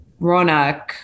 Ronak